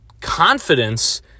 Confidence